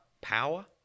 power